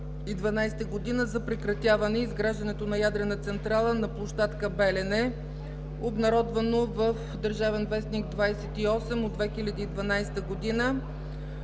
за прекратяване изграждането на ядрена централа на площадка „Белене“, обнародвано в „Държавен вестник“, бр. 28 от 2012 г.